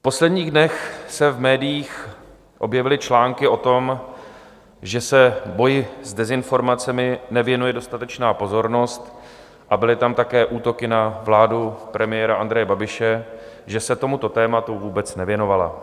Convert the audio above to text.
V posledních dnech se v médiích objevily články o tom, že se boji s dezinformacemi nevěnuje dostatečná pozornost, a byly tam také útoky na vládu premiéra Andreje Babiše, že se tomuto tématu vůbec nevěnovala.